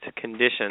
conditions